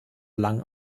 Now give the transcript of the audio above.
lang